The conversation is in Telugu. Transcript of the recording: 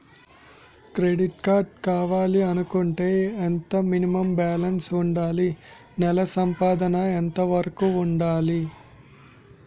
క్రెడిట్ కార్డ్ కావాలి అనుకుంటే ఎంత మినిమం బాలన్స్ వుందాలి? నెల సంపాదన ఎంతవరకు వుండాలి?